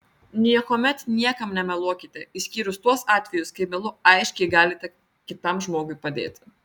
niekuomet niekam nemeluokite išskyrus tuos atvejus kai melu aiškiai galite kitam žmogui padėti